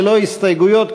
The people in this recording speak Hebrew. ללא הסתייגות,